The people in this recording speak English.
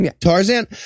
Tarzan